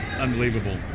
unbelievable